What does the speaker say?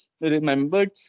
remembered